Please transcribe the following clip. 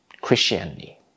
Christianity